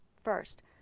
First